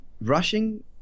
rushing